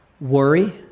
Worry